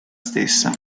stessa